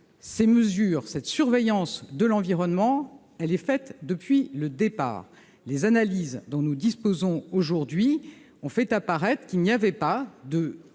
déposées. Cette surveillance de l'environnement a été effectuée depuis le départ. Les analyses dont nous disposons aujourd'hui ont fait apparaître qu'il n'y avait pas de